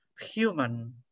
human